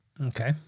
Okay